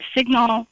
Signal